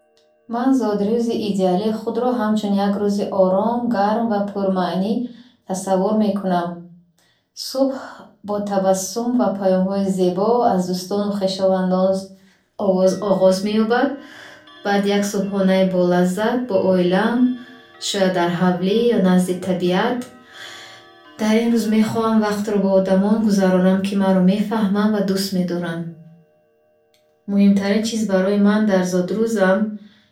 Ман зодрӯзи идеалии худро ҳамчун як рӯзи ором, гарм ва пурмаънӣ тасаввур мекунам. Субҳ бо табассум ва паёмҳои зебо аз дӯстону хешовандон оғоз, оғоз меёбад. Баъд як субҳонаи болаззат бо оила, шояд дар ҳавлӣ ё назди табиат. Дар ин рӯз мехоҳам вақтро бо одамон гузаронам, ки маро мефаҳмад ва дӯст медоранд. Маӯҳимтарин чиз барои ман дар зодрӯзам.